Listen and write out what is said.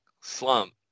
slump